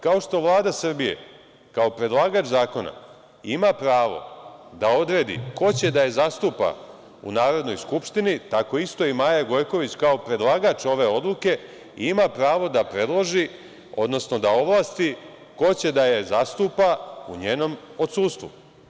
Kao što Vlada Srbije, kao predlagač zakona, ima pravo da odredi ko će da je zastupa u Narodnoj skupštini, tako isto i Maja Gojković kao predlagač ove odluke ima pravo da predloži, odnosno da ovlasti ko će da je zastupa u njenom odsustvu.